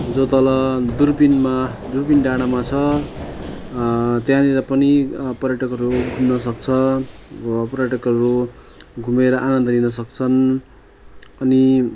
जो तल दुर्पिनमा दुर्पिन डाँडामा छ त्यहाँनिर पनि पर्यटकहरू घुम्न सक्छ पर्यटकहरू घुमेर आनन्द लिन सक्छन् अनि